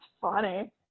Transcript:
funny